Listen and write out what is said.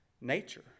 nature